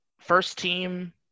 first-team